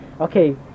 okay